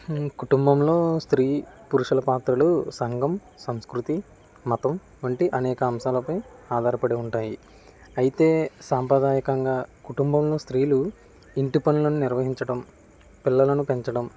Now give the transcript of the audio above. మీ కుటుంబంలో స్త్రీ పురుషుల పాత్రలు సంఘం సంస్కృతి మతం వంటి అనేక అంశాలపై ఆధారపడి ఉంటాయి అయితే సాంప్రదాయకంగా కుటుంబంలో స్త్రీలు ఇంటి పనులను నిర్వహించటం పిల్లలను పెంచడం